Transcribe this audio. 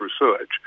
research